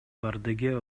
бардыгы